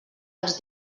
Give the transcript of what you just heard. els